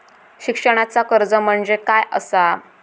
शिक्षणाचा कर्ज म्हणजे काय असा?